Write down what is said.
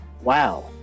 Wow